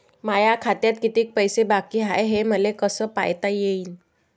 माया खात्यात कितीक पैसे बाकी हाय हे मले कस पायता येईन?